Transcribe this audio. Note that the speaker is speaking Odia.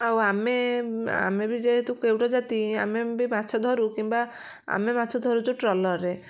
ଆଉ ଆମେ ଆମେ ବି ଯେହେତୁ କେଉଟ ଜାତି ଆମେ ବି ମାଛ ଧରୁ କିମ୍ବା ଆମେ ମାଛ ଧରୁଛୁ ଟ୍ରଲରରେ